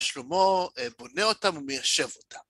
שלמה בונה אותם ומיישב אותם.